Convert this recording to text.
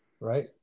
right